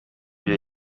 bya